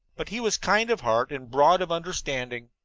but he was kind of heart and broad of understanding.